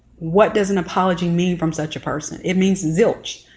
what does an apology mean from such a person it means zilch?